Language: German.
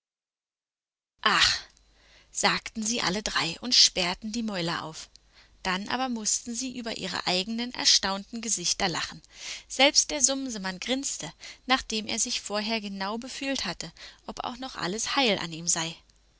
sagten sie alle drei und sperrten die mäuler auf dann aber mußten sie über ihre eigenen erstaunten gesichter lachen selbst der sumsemann grinste nachdem er sich vorher genau befühlt hatte ob auch noch alles heil an ihm sei